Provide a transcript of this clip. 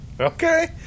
Okay